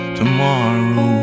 tomorrow